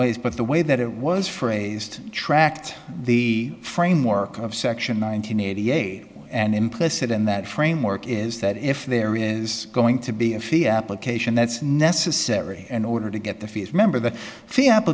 ways but the way that it was phrased tracked the framework of section nine hundred eighty eight and implicit in that framework is that if there is going to be a fee application that's necessary in order to get the fees remember the